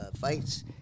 fights